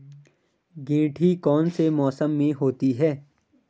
गेंठी कौन से मौसम में होती है?